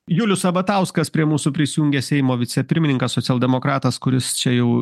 julius sabatauskas prie mūsų prisijungė seimo vicepirmininkas socialdemokratas kuris čia jau